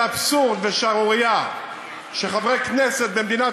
זה אבסורד ושערורייה שחברי כנסת במדינת